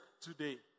today